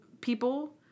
people